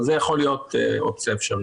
זו יכולה להיות אופציה אפשרית.